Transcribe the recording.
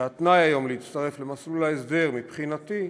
והתנאי היום להצטרף למסלול ההסדר, מבחינתי,